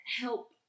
help